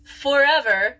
forever